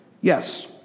yes